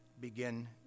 begin